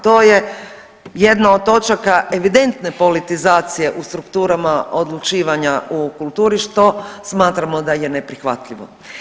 To je jedna od točaka evidentne politizacije u strukturama odlučivanja u kulturi što smatramo da je neprihvatljivo.